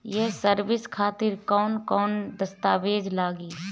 ये सर्विस खातिर कौन कौन दस्तावेज लगी?